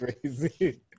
crazy